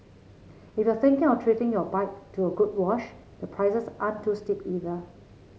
if you're thinking of treating your bike to a good wash the prices aren't too steep either